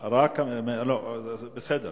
המסתייג יכול, זה בסדר.